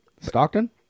Stockton